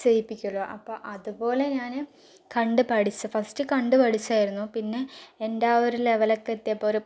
ചെയ്യിപ്പിക്കുമല്ലോ അപ്പോൾ അതുപോലെ ഞാൻ കണ്ട് പഠിച്ച് ഫസ്റ്റ് കണ്ട് പഠിച്ചായിരുന്നു പിന്നെ എൻ്റെ ആ ഒരു ലെവലൊക്കെ എത്തിയപ്പോൾ ഒരു